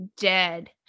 dead